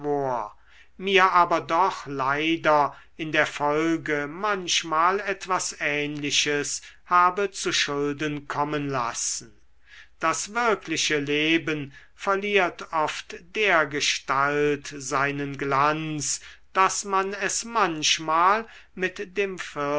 mir aber doch leider in der folge manchmal etwas ähnliches habe zu schulden kommen lassen das wirkliche leben verliert oft dergestalt seinen glanz daß man es manchmal mit dem